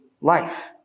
life